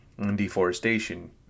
deforestation